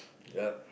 yep